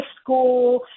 school